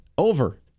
Over